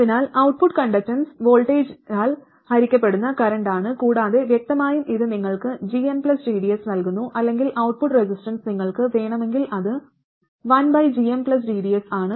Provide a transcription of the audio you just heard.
അതിനാൽ output conductance വോൾട്ടേജാൽ ഹരിക്കപ്പെടുന്ന കറന്റാണ് കൂടാതെ വ്യക്തമായും ഇത് നിങ്ങൾക്ക് gmgds നൽകുന്നു അല്ലെങ്കിൽ ഔട്ട്പുട്ട് റെസിസ്റ്റൻസ് നിങ്ങൾക്ക് വേണമെങ്കിൽ അത് 1gmgds ആണ്